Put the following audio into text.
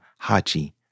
Hachi